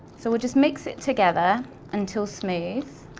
so we'll just mix it together until smooth.